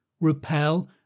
repel